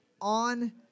on